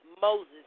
Moses